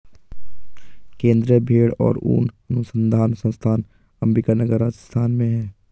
केन्द्रीय भेंड़ और ऊन अनुसंधान संस्थान अम्बिका नगर, राजस्थान में है